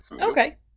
Okay